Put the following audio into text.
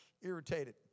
Irritated